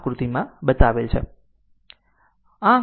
તેથી આકૃતિમાં આ બતાવેલ છે